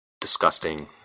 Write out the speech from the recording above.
disgusting